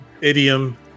idiom